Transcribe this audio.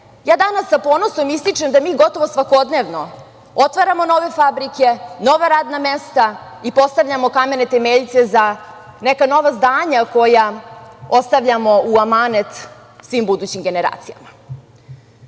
ja danas sa ponosom ističem da mi gotovo svakodnevno otvaramo nove fabrike, nova radna mesta i postavljamo kamene temeljce za neka nova zdanja koja ostavljamo u amanet svim budućim generacijama. Ja